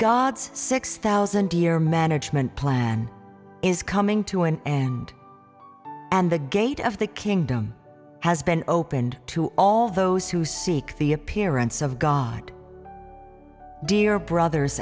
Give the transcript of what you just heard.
god's six thousand year management plan is coming to an end and the gate of the kingdom has been opened to all those who seek the appearance of god dear brothers